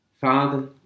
Father